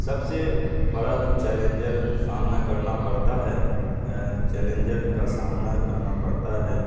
سب سے بڑا چیلنجر سامنا کرنا پڑتا ہے چیلنجر کا سامنا کرنا پڑتا ہے